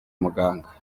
muganga